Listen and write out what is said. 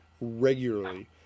regularly